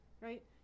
right